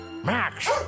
Max